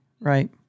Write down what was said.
right